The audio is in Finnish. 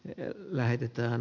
eu lähetetään